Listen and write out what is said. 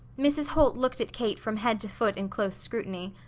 mrs. holt looked at kate from head to foot in close scrutiny.